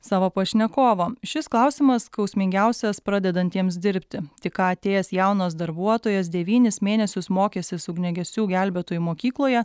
savo pašnekovo šis klausimas skausmingiausias pradedantiems dirbti tik ką atėjęs jaunas darbuotojas devynis mėnesius mokęsis ugniagesių gelbėtojų mokykloje